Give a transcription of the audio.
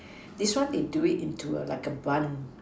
this one they do it into a like a bun